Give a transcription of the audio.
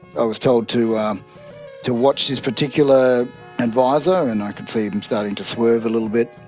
i was told to um to watch this particular adviser, and i could see him starting to swerve a little bit.